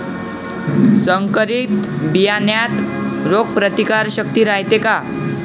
संकरित बियान्यात रोग प्रतिकारशक्ती रायते का?